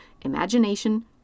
imagination